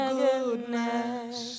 goodness